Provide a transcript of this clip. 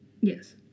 Yes